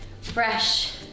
fresh